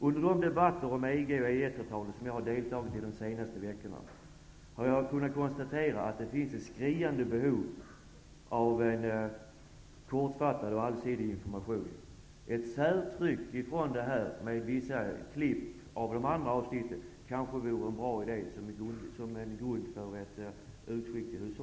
Under de debatter om EG och EES-avtalet som jag har deltagit i de senaste veckorna, har jag kunnat konstatera att det finns ett skriande behov av en kortfattad och allsidig information. Ett särtryck av denna del, med viss klipp från de andra avsnitten som en grund för utskick till hushållen kanske vore en bra idé.